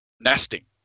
nesting